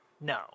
No